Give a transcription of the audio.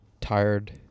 tired